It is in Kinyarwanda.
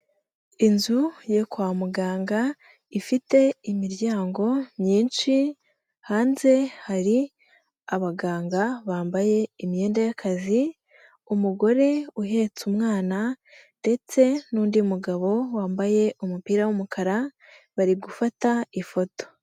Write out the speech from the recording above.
Inzu yo kwa muganga, ifite imiryango myinshi, hanze hari abaganga bambaye imyenda y'akazi, umugore uhetse umwana ndetse n'undi mugabo wambaye umupira w'umukara, bari gufata ifoto.